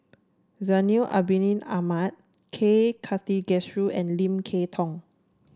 Zainal Abidin Ahmad K Karthigesu and Lim Kay Tong